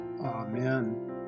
Amen